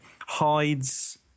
hides